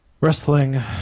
wrestling